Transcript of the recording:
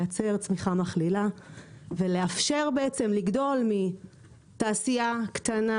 לייצר צמיחה מכלילה ולאפשר בעצם לגדול מתעשייה קטנה,